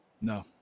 No